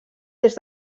des